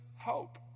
hope